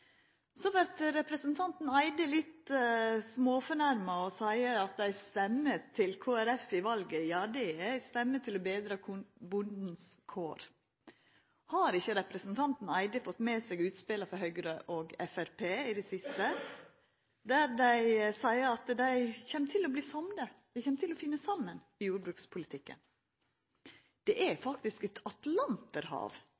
Så vert representanten Andersen Eide litt småfornærma og seier at ei stemme til Kristeleg Folkeparti ved valet er ei stemme til å betra bondens kår. Har ikkje representanten Andersen Eide fått meg seg utspela frå Høgre og Framstegspartiet i det siste, der dei seier at dei kjem til å verta samde, dei kjem til å finna saman i jordbrukspolitikken? Det er